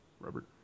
Robert